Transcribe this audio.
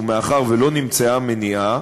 ומאחר שלא נמצאה מניעה,